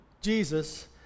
Jesus